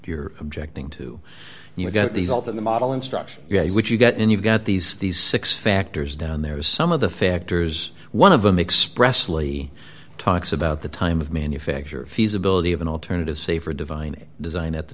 you're objecting to and you get these all to the model instruction which you got and you've got these these six factors down there is some of the factors one of them express lee talks about the time of manufacture feasibility of an alternative say for divine design at the